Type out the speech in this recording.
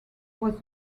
was